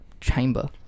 chamber